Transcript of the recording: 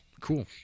cool